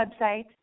website